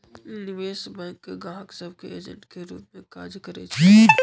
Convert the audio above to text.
निवेश बैंक गाहक सभ के एजेंट के रूप में काज करइ छै